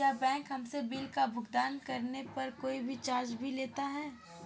क्या बैंक हमसे बिल का भुगतान करने पर कोई चार्ज भी लेता है?